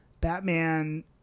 batman